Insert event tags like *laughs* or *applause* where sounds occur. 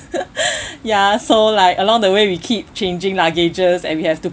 *laughs* ya so like along the way we keep changing luggages and we have to